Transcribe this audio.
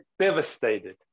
devastated